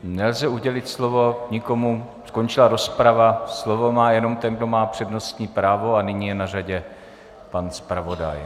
Nelze udělit slovo nikomu... skončila rozprava, slovo má jenom ten, kdo má přednostní právo, a nyní je na řadě pan zpravodaj.